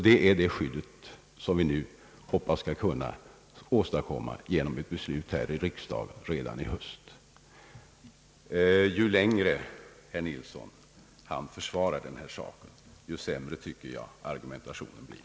Det är det skyddet som vi nu hoppas kunna åstadkomma genom ett beslut här i riksdagen redan i höst. Ju längre herr Nilsson försvarar denna sak, desto sämre tycker jag argumentationen blir.